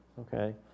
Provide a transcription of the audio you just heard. Okay